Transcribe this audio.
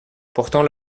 pourtant